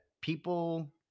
people